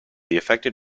affected